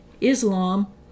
Islam